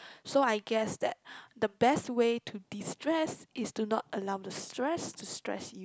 so I guess that the best way to destress is to not allow the stress to stress you